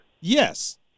yes